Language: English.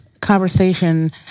conversation